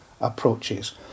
approaches